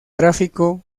gráfico